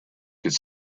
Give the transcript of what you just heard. could